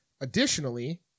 Additionally